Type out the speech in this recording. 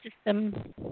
system